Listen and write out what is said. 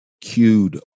cued